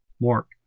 Mark